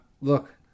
look